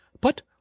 But